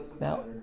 Now